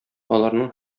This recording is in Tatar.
аларның